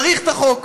צריך את החוק.